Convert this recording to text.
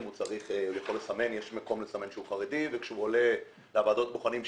יש מקום לסמן שהוא חרדי והוא עולה לוועדות בוחנים.